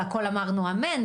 על הכול אמרנו אמן,